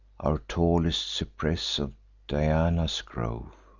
or tallest cypress of diana's grove.